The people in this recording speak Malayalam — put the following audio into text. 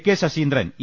K Saseendran E